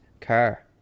car